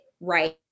right